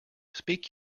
speak